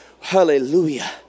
hallelujah